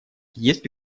есть